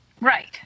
Right